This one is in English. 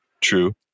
True